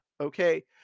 Okay